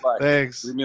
thanks